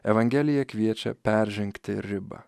evangelija kviečia peržengti ribą